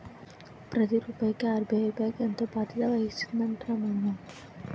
ప్రతి రూపాయికి ఆర్.బి.ఐ బాంకే ఎంతో బాధ్యత వహిస్తుందటరా మామా